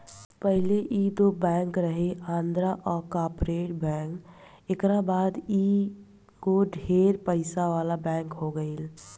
पहिले ई दुगो बैंक रहे आंध्रा आ कॉर्पोरेट बैंक एकरा बाद ई एगो ढेर पइसा वाला बैंक हो गईल